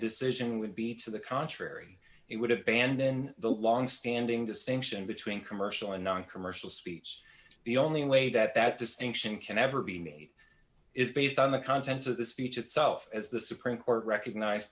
decision would be to the contrary it would have banned in the long standing distinction between commercial and noncommercial speech the only way that that distinction can ever be made is based on the contents of the speech itself as the supreme court recognize